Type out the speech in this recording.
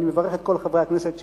אני מברך את כל חברי הכנסת שפה,